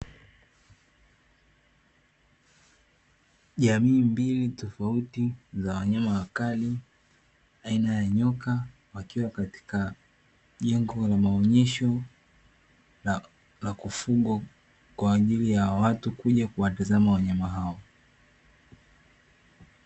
Jamii tofauti za wanyama wakali aina ya nyoka. Wakiwa katika jengo la maonyesho la kufugwa kwa ajili ya watu kuja kuwatazama wanyama hao.